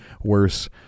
worse